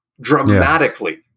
dramatically